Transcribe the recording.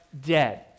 dead